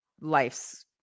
life's